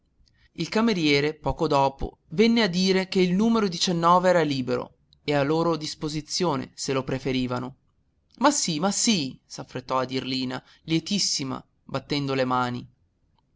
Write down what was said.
il cameriere poco dopo venne a dire che il n era libero e a loro disposizione se lo preferivano ma sì ma sì s'affrettò a dir lina lietissima battendo le mani